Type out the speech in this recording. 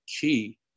key